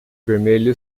vermelho